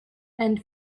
and